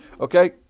Okay